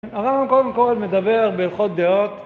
אבל קודם כל מדבר בהלכות דעות